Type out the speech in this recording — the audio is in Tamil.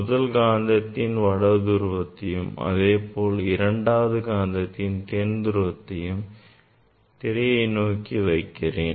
முதல் காந்தத்தின் வட துருவத்தையும் அதேபோல் இரண்டாவது காந்தத்தின் தென் துருவத்தையும் திரையை நோக்கி வைக்கிறேன்